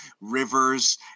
Rivers